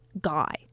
guy